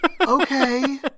Okay